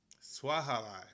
Swahili